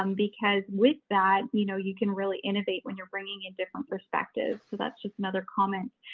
um because with that, you know you can really innovate when you're bringing in different perspectives. so that's just another comment,